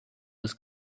his